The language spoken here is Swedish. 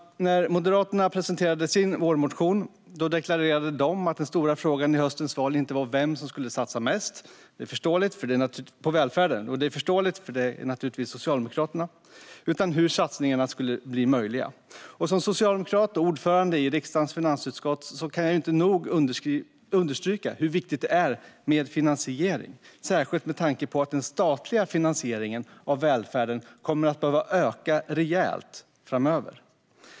När Moderaterna presenterade sin vårbudgetmotion deklarerade de att den stora frågan i höstens val inte är vem som satsar mest på välfärden, vilket är förståeligt eftersom det givetvis är Socialdemokraterna, utan hur satsningarna ska bli möjliga. Som socialdemokrat och ordförande i riksdagens finansutskott kan jag inte nog understryka hur viktigt det är med finansiering, särskilt med tanke på att den statliga finansieringen av välfärden kommer att behöva öka rejält framöver.